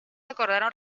acordaron